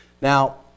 Now